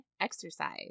exercise